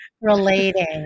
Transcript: relating